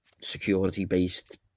security-based